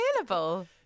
available